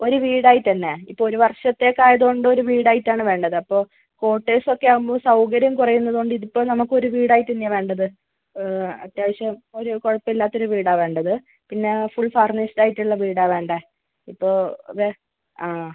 ഒരു വീടായി തന്നെ ഇപ്പോൾ ഒരു വർഷത്തേക്കായതുകൊണ്ട് ഒരു വീടായിട്ടാണ് വേണ്ടത് അപ്പോൾ കോട്ടേഴ്സൊക്കെ അകുമ്പോൾ സൗകര്യം കുറയുന്നത് കൊണ്ട് ഇതിപ്പോൾ നമുക്ക് വീടായി തന്നെ വേണ്ടത് അത്യാവശ്യം ഒരു കുഴപ്പമില്ലാത്ത വീടാണ് വേണ്ടത് പിന്നെ ഫുൾ ഫർണിഷ്ഡ് ആയിട്ടുള്ള വീടാ വേണ്ടത് ഇപ്പോൾ വെ ആ